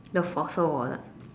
the fossil wallet